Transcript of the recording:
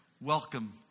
Welcome